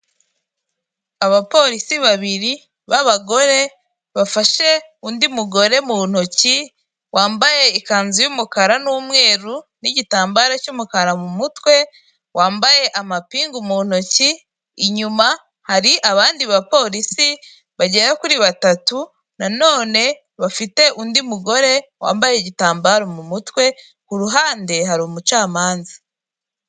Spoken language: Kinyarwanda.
Abapolisi babiri b'abagore bafashe undi mugore mu ntoki, wambaye ikanzu y'umukara n'umweru n'igitambaro cy'umukara mu mutwe, wambaye amapingu mu ntoki. Inyuma hari abandi bapolisi bagera kuri batatu nanone bafite undi mugore wambaye igitambaro mu mutwe, ku ruhande hari umucamanza.